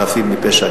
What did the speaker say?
חפים מפשע,